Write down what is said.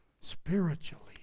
spiritually